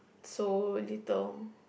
so little